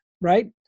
right